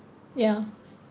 ya